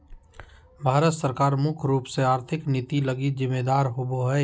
भारत सरकार मुख्य रूप से आर्थिक नीति लगी जिम्मेदर होबो हइ